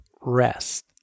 rest